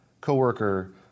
coworker